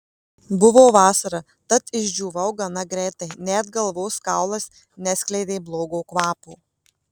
buvo vasara tad išdžiūvau gana greitai net galvos kaulas neskleidė blogo kvapo